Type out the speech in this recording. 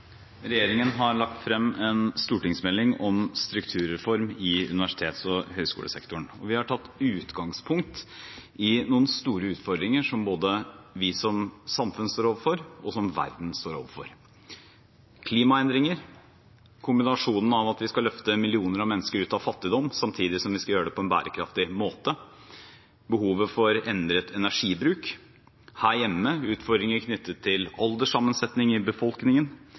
Regjeringen har lagt frem en stortingsmelding om strukturreform i universitets- og høyskolesektoren, og vi har tatt utgangspunkt i noen store utfordringer som både vi som samfunn står overfor, og som verden står overfor: klimaendringer, kombinasjonen av at vi skal løfte millioner av mennesker ut av fattigdom samtidig som vi skal gjøre det på en bærekraftig måte, behovet for endret energibruk, og her hjemme utfordringer knyttet til alderssammensetningen i befolkningen,